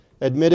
admitted